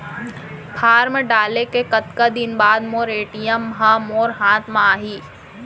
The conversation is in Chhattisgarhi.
फॉर्म डाले के कतका दिन बाद मोर ए.टी.एम ह मोर हाथ म आही?